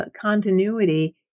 continuity